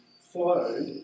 flow